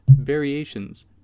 variations